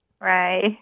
Right